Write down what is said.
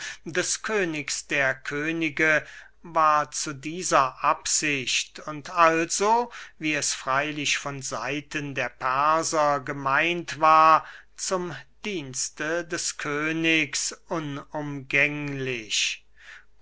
des königs der könige war zu dieser absicht und also wie es freylich von seiten der perser gemeint war zum dienste des königs unumgänglich